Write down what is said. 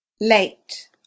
late